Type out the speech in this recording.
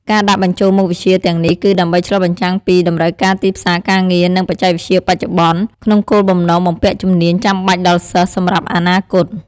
ការដាក់បញ្ចូលមុខវិជ្ជាទាំងនេះគឺដើម្បីឆ្លុះបញ្ចាំងពី តម្រូវការទីផ្សារការងារ និង បច្ចេកវិទ្យាបច្ចុប្បន្ន ក្នុងគោលបំណងបំពាក់ជំនាញចាំបាច់ដល់សិស្សសម្រាប់អនាគត។